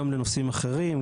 גם לנושאים אחרים,